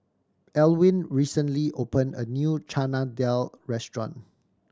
Elwin recently opened a new Chana Dal restaurant